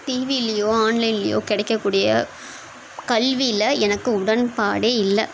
டிவிலையோ ஆன்லைன்லையோ கிடைக்கக்கூடிய கல்வியில் எனக்கு உடன்பாடே இல்லை